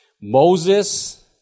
Moses